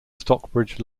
stockbridge